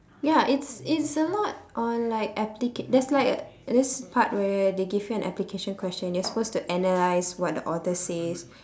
ya it's it's a lot on like applica~ there's like this part where they give you an application question and you are supposed to analyse what the author say